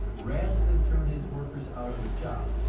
rather than turn his workers out of a job,